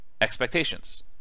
expectations